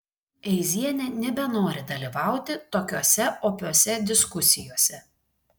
eizienė nebenori dalyvauti tokiose opiose diskusijose